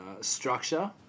structure